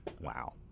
wow